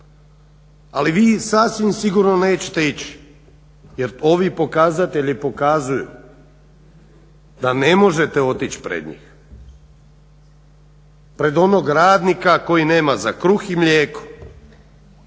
Ali vi sasvim sigurno nećete ići jer ovi pokazatelji pokazuju da ne možete otići pred njih, pred onog radnika koji nema za kruh i mlijeko